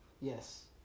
Yes